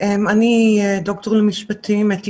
אני דוקטור למשפטים, אתיקנית,